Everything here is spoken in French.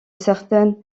certaines